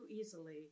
easily